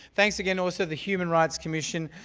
thanks again also, the human rights commission.